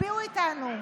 תצביעו איתנו.